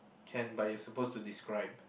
can but you're supposed to describe